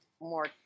more